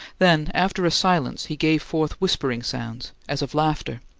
then, after a silence, he gave forth whispering sounds as of laughter,